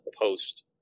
post